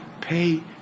pay